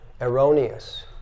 erroneous